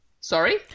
Sorry